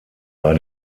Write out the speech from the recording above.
war